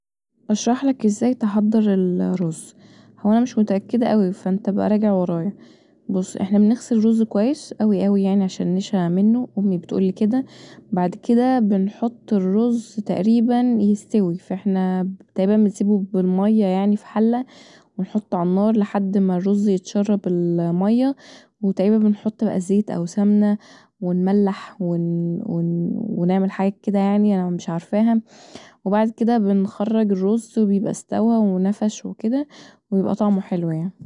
اشرحلك ازاي تحضر الرز هو انا مش متأكده اوي فأنت ابقي راجع ورايا بص احنا بنغسل الرز كويس اوي اوي يعني عشان النشا منه امي بتقولي كدا بعد كدا بنحط الرز تقريبا يستوي فأحنا تقريبا بنسيبه بالميه يعني في حله ونحطه علي النار لحد ما الرز يتشرب الميه وتقريبا بقي بنحط زيت او سمنة ونملح ونعمل حاجات كدا يعني مش عارفاها وبعد كدا بنخرج الرز بيبقي استوي ونفش وكدا وبيبقي طعمه حلو يعني